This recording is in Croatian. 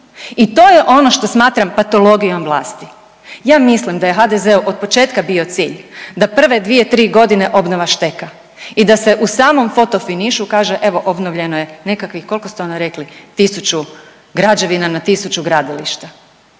i to je ono što smatram patologijom vlasti. Ja mislim da je HDZ-u otpočetka bio cilj da prve 2-3.g. obnova šteka i da se u samom fotofinišu kaže evo obnovljeno je nekakvih, kolko ste ono rekli, tisuću građevina na tisuću gradilišta.